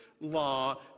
law